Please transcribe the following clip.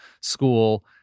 school